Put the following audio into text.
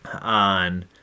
on